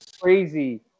Crazy